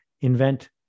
invent